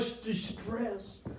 Distress